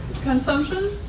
consumption